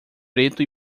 preto